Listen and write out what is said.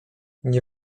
nie